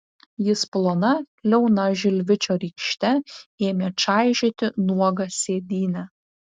jis plona liauna žilvičio rykšte ėmė čaižyti nuogą sėdynę